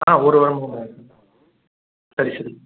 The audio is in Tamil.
ஆ ஒரு வாரமாகதான் இருக்குது